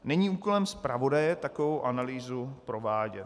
Není úkolem zpravodaje takovou analýzu provádět.